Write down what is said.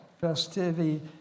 festivity